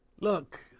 Look